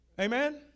Amen